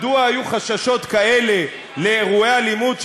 מדוע היו חששות כאלה לאירועי אלימות,